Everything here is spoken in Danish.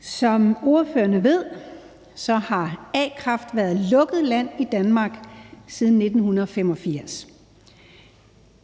Som ordførerne ved, har a-kraft været lukket land i Danmark siden 1985.